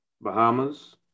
Bahamas